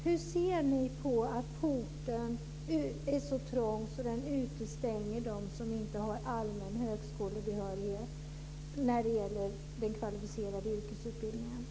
Hur ser ni på att porten är så trång att den utestänger dem som inte har allmän högskolebehörighet när det gäller den kvalificerade yrkesutbildningen?